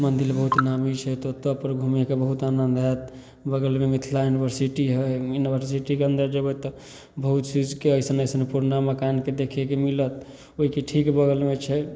मन्दिर बहुत नामी छै तऽ ओतऽपर घुमैके बहुत आनन्द आएत बगलमे मिथिला यूनिवर्सिटी हइ यूनिवर्सिटीके अन्दर जेबै तऽ बहुत चीजके अइसन अइसन पुरना मकानके देखैके मिलत ओहिके ठीक बगलमे छै